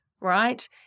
right